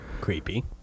creepy